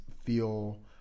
feel